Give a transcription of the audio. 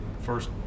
first